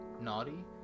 naughty